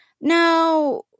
Now